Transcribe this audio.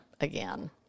again